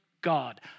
God